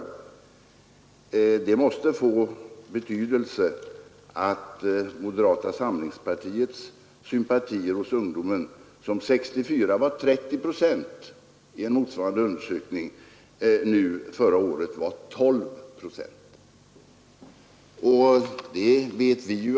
Det måste få betydelse att ungdomens sympatier för moderata samlingspartiet, som år 1964 var 30 procent i en motsvarande undersökning, förra året bara var 12 procent.